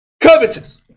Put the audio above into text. Covetous